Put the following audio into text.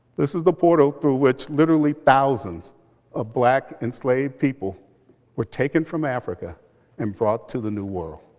this is the portal through which literally thousands of black enslaved people were taken from africa and brought to the new world.